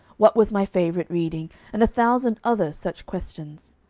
what was my favourite reading, and a thousand other such questions.